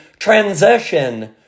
Transition